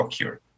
occur